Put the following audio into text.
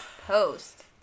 post